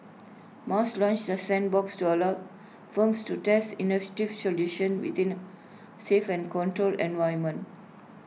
mas launched the sandbox to allow firms to test solutions within safe and controlled environment